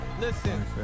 Listen